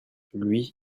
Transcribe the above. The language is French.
lui